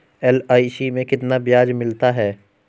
LIC में कितना ब्याज मिलता है?